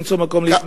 למצוא מקום להתמחות.